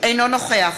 אינו נוכח